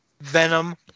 Venom